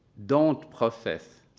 don't process,